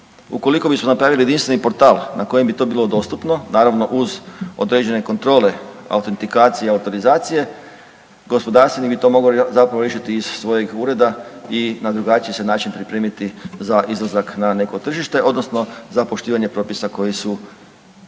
Ukoliko bismo napravili jedinstveni portal na kojem bi to bilo dostupno naravno uz određene kontrole, autentikacije i autorizacije gospodarstvenik bi to mogao zapravo riješiti iz svojeg ureda i na drugačiji se način pripremiti za izlazak na neko tržište odnosno za poštivanje propisa koji su na